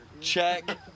check